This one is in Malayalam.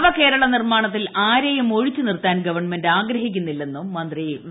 നവകേരള നിർമ്മാണത്തിൽ ആരെയും ഒഴിച്ചുനിർത്താൻ ഗവൺമെന്റ് ആഗ്രഹിക്കുന്നില്ലെന്നും മന്ത്രി വൃക്തമാക്കി